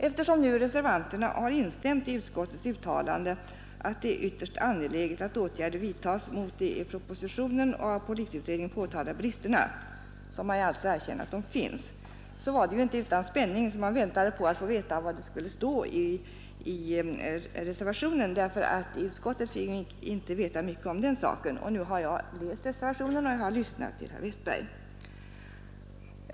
Eftersom reservanterna instämt i utskottets uttalande att det är ytterst angeläget att åtgärder vidtas mot de i propositionen och av polisutredningen påtalade bristerna — och alltså erkänt att dessa finns — var det inte utan spänning jag väntade på att få se vad det skulle stå i reservationen. I utskottet fick vi inte veta mycket om den saken. Nu har jag läst reservationen och lyssnat till herr Westberg.